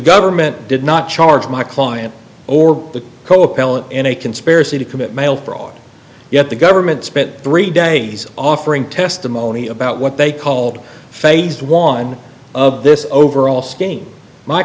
government did not charge my client or the co appellant in a conspiracy to commit mail fraud yet the government spent three days offering testimony about what they called phase one of this overall scheme my